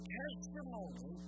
testimony